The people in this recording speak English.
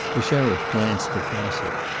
the sheriff glanced at bassett.